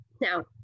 Now